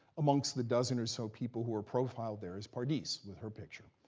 amongst the dozen or so people who were profiled, there is pardis with her picture.